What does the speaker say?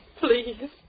Please